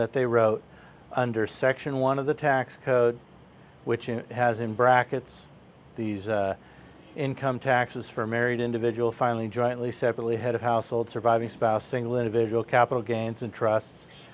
that they wrote under section one of the tax code which has in brackets the income taxes for married individual finally jointly separately head of household surviving spouse english visual capital gains and trust